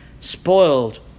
spoiled